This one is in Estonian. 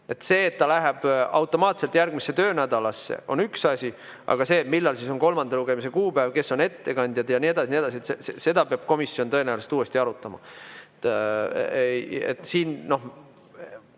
See, et see läheb automaatselt järgmisesse töönädalasse, on üks asi, aga seda, millal on kolmanda lugemise kuupäev, kes on ettekandjad ja nii edasi, ja nii edasi, peab komisjon tõenäoliselt uuesti arutama. See